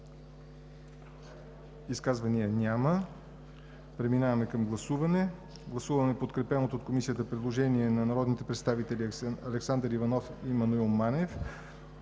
Изказвания? Няма. Подлагам на гласуване подкрепеното от Комисията предложение на народните представители Александър Иванов и Маноил Манев